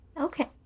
Okay